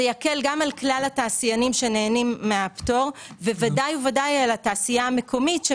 זה יקל גם על כלל התעשיינים שנהנים מהפטור ובוודאי על התעשייה המקומית,